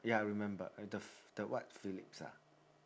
ya remember with the ph~ the what philips ah